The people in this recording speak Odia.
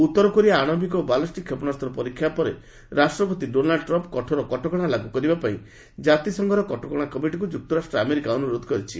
ଉତ୍ତର କୋରିଆ ଆଣବିକ ଓ ବାଲିଷ୍ଟିକ୍ କ୍ଷେପଣାସ୍ତ ପରୀକ୍ଷା ଉପରେ ରାଷ୍ଟ୍ରପତି ଡୋନାଲ୍ଡ ଟ୍ରମ୍ଙ୍କ କଠୋର କଟକଣା ଲାଗୁ କରିବା ପାଇଁ ଜାତିସଂଘର କଟକଣା କମିଟିକୁ ଯୁକ୍ତରାଷ୍ଟ୍ର ଆମେରିକା ଅନୁରୋଧ କରିଛି